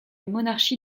monarchie